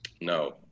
No